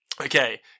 Okay